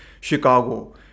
Chicago